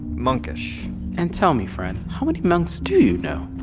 monkish and tell me friend, how many monks do know?